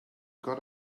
got